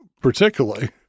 particularly